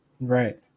Right